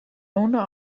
owner